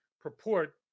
purport